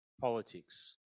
politics